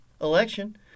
election